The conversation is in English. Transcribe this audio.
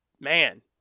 man